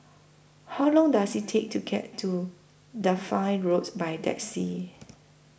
How Long Does IT Take to get to Dafne Roads By Taxi